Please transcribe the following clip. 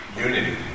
Unity